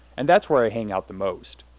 and that's where i hang out the most.